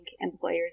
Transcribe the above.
employers